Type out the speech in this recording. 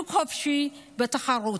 שוק חופשי לתחרות.